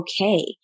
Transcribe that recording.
okay